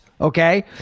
Okay